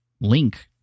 link